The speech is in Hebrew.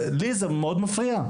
לי זה מאוד מפריע.